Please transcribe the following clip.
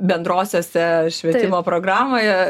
bendrosiose švietimo programoje